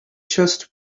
just